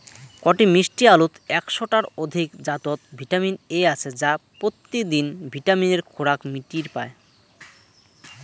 কটি মিষ্টি আলুত একশ টার অধিক জাতত ভিটামিন এ আছে যা পত্যিদিন ভিটামিনের খোরাক মিটির পায়